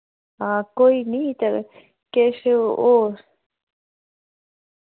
हां कोई निं चोल किश होर